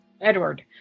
Edward